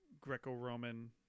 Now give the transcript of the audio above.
Greco-Roman